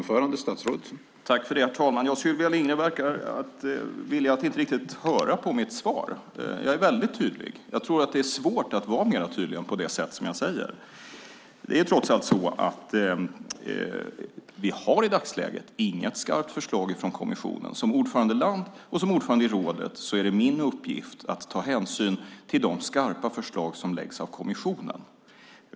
Herr talman! Sylvia Lindgren verkar inte riktigt vilja höra mitt svar. Jag är väldigt tydlig. Det är svårt att vara mer tydlig än jag är. Vi har i dagsläget inget skarpt förslag från kommissionen. Som ordförande i rådet är det min uppgift att ta hänsyn till de skarpa förslag som läggs fram av kommissionen.